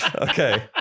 Okay